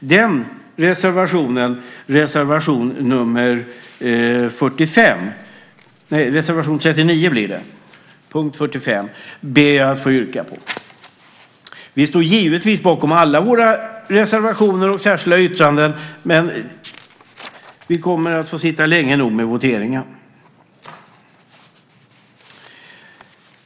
Den reservationen, reservation 39 under punkt 45, ber jag att få yrka bifall till. Vi står givetvis bakom alla våra reservationer och särskilda yttranden, men vi kommer att få sitta länge nog med voteringen.